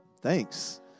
Thanks